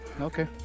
Okay